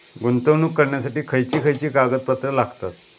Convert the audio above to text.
गुंतवणूक करण्यासाठी खयची खयची कागदपत्रा लागतात?